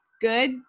good